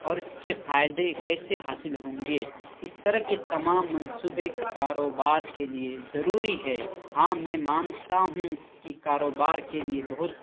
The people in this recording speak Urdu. اور اس کے فائدے کیسے حاصل ہوں گے اس طرح کے تمام منصوبے کاروبار کے لیے ضروری ہے ہاں میں مانتا ہوں کہ کاروبار کے لیے بہت